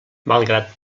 malgrat